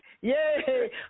Yay